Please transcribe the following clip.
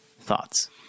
Thoughts